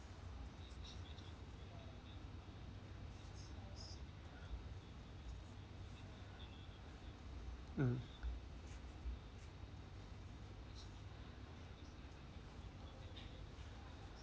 mm